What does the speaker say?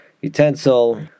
utensil